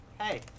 Hey